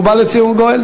ובא לציון גואל.